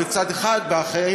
ואחרים,